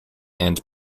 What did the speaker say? and